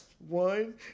One